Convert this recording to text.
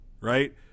right